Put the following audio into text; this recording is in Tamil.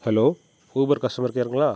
hello Uber customer கேருங்களா